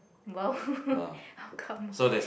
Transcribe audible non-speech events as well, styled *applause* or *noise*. !wow! *laughs* how come